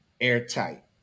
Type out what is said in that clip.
airtight